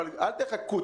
אבל אל תחכו,